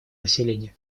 населения